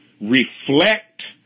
reflect